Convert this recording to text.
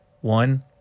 One